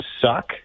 suck